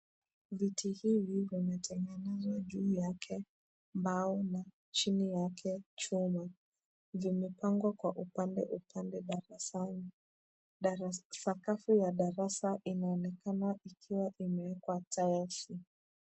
Viti hivi vimetengenezwa juu yake mbao na chini yake chuma vimepangwa upandeupande, sakafu ya darasa inaonekana kwamba imewekwa tiless .